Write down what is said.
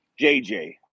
JJ